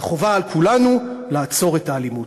וחובה על כולנו לעצור את האלימות.